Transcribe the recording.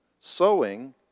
Sowing